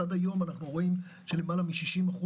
עד היום אנו רואים שלמעלה מ-60%